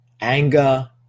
anger